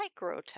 microtech